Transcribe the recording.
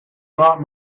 not